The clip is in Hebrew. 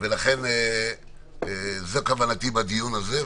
זו כוונתי בדיון הזה.